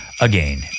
Again